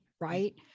right